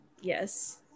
Yes